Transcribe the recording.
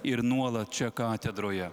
ir nuolat čia katedroje